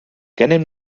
gennym